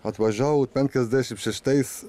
atvažiavau penkiasdešimt šeštais